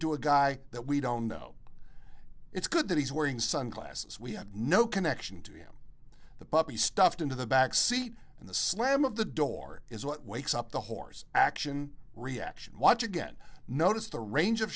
to a guy that we don't know it's good that he's wearing sunglasses we have no connection to him the puppy stuffed into the back seat and the slam of the door is what wakes up the horse action reaction watch again notice the range of